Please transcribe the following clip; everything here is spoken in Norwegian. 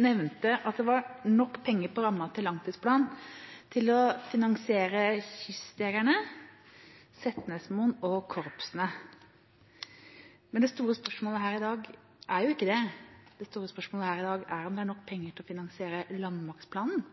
nevnte at det var nok penger innenfor rammen til langtidsplanen til å finansiere kystjegerne, Setnesmoen og korpsene. Men det store spørsmålet her i dag er ikke det. Det store spørsmålet her i dag er om det er nok penger til å finansiere landmaktplanen,